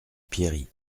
pierry